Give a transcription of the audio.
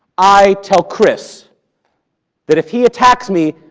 i tell chris that if he attacks me,